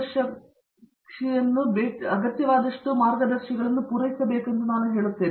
ರವೀಂದ್ರ ಗೆಟ್ಟು ಅವರು ಅಗತ್ಯವಾದಷ್ಟು ಮಾರ್ಗದರ್ಶಿಗಳನ್ನು ಪೂರೈಸಬೇಕು ಎಂದು ನಾನು ಹೇಳುತ್ತೇನೆ